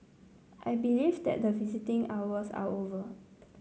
I believe that the visitation hours are over